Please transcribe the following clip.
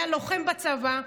היה לוחם בצבא.